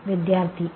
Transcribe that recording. വിദ്യാർത്ഥി A